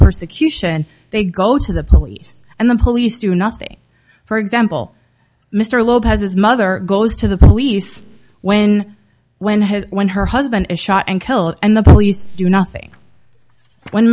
persecution they go to the police and the police do nothing for example mr lopez's mother goes to the police when when his when her husband is shot and killed and the police do nothing when